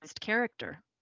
character